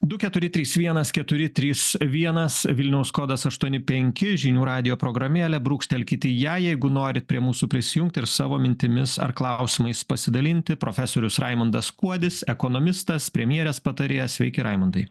du keturi trys vienas keturi trys vienas vilniaus kodas aštuoni penki žinių radijo programėlę brūkštelkit į ją jeigu norit prie mūsų prisijungti ir savo mintimis ar klausimais pasidalinti profesorius raimundas kuodis ekonomistas premjerės patarėjas sveiki raimundai